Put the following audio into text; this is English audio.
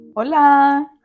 hola